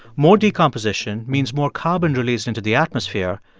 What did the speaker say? more decomposition means more carbon released into the atmosphere,